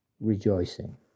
rejoicing